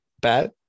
Bad